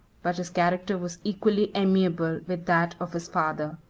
but his character was equally amiable with that of his father.